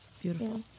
Beautiful